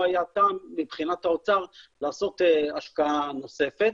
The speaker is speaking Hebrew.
היה טעם מבחינת האוצר לעשות השקעה נוספת.